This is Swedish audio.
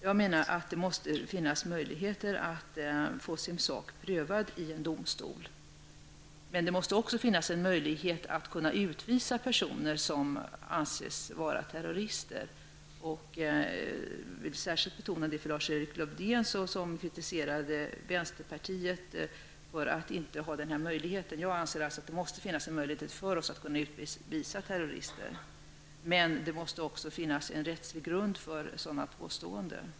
Jag menar att det måste finnas möjligheter att få sin sak prövad i en domstol. Men det måste också finnas en möjlighet att utvisa personer som anses vara terrorister. Jag vill särskilt betona det för Lars Erik Lövdén som kritiserade vänsterpartiet för att man inte ville att denna möjlighet skall finnas. Jag anser alltså att det måste finnas en möjlighet att utvisa terrorister, men det måste också finnas en rättslig grund för påståenden om terrorism.